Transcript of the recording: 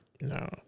no